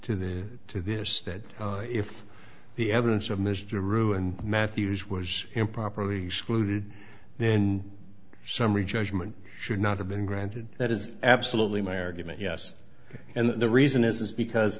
to the to this that if the evidence of mr ruin matthews was improperly excluded then summary judgment should not have been granted that is absolutely my argument yes and the reason is because